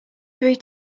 three